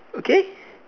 okay